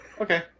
okay